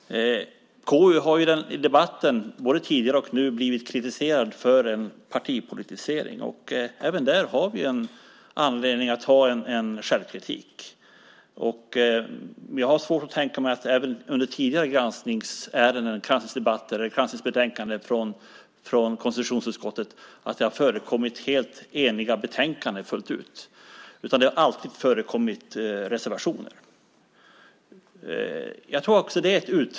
KU har i debatten, både nu och tidigare, blivit kritiserat för partipolitisering. Även där har vi anledning till självkritik. Jag har svårt att tänka mig att det under tidigare granskningsdebatter har förekommit helt eniga betänkanden från konstitutionsutskottet. Det har alltid förekommit reservationer.